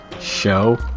Show